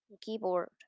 keyboard